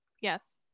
Yes